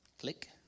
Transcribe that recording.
click